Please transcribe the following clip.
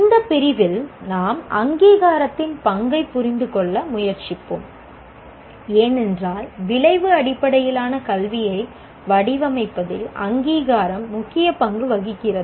இந்த பிரிவில் நாம் அங்கீகாரத்தின் பங்கைப் புரிந்துகொள்ள முயற்சிப்போம் ஏனென்றால் விளைவு அடிப்படையிலான கல்வியை வடிவமைப்பதில் அங்கீகாரம் முக்கிய பங்கு வகிக்கிறது